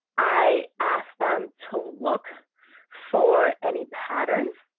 i asked them to look for any patterns